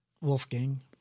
Wolfgang